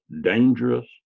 dangerous